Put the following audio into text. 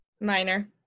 minor